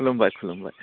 खुलुमबाय खुलुमबाय